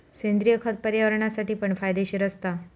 सेंद्रिय खत पर्यावरणासाठी पण फायदेशीर असता